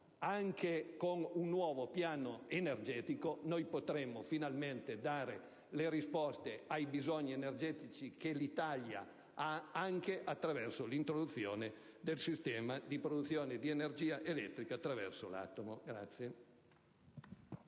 con un nuovo piano energetico, potremo finalmente dare risposte ai bisogni energetici dell'Italia anche attraverso l'introduzione del sistema di produzione di energia elettrica attraverso l'atomo.